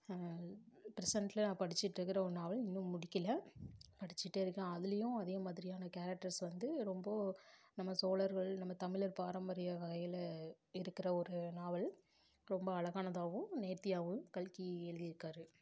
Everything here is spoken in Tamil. ப்ரெசண்ட்ல நான் படிச்சிட்டு இருக்கிற ஒரு நாவல் இன்னும் முடிக்கலை படிச்சிட்டே இருக்கேன் அதிலயும் அதே மாதிரியான கேரெக்ட்டர்ஸ் வந்து ரொம்ப நம்ம சோழர்கள் நம்ம தமிழர் பாரம்பரிய வகையில் இருக்கிற ஒரு நாவல் ரொம்ப அழகானதாகவும் நேர்த்தியாகவும் கல்கி எழுதியிருக்காரு